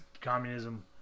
Communism